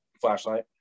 flashlight